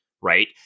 right